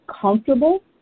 comfortable